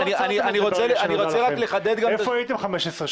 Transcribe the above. אני רוצה רק לחדד את השאלה,